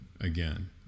again